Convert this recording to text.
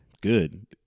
good